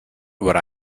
would